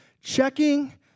checking